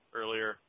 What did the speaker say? earlier